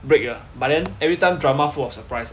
break ah but then everytime drama full of surprises